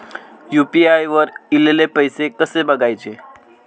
UPI वर ईलेले पैसे कसे बघायचे?